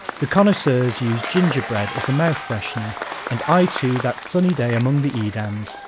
the connoisseurs use gingerbread as a mouth-freshener and i, too, that sunny day among the edams,